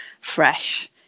fresh